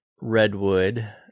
Redwood